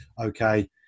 okay